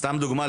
סתם דוגמה,